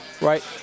Right